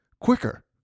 quicker